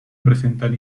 presentan